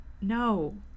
No